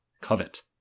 covet